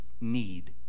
need